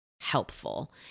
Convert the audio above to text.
helpful